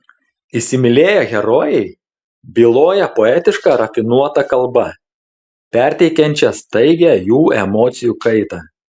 įsimylėję herojai byloja poetiška rafinuota kalba perteikiančia staigią jų emocijų kaitą